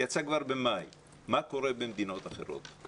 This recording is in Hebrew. יצא כבר במאי, מה קורה במדינות אחרות.